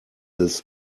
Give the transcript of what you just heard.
this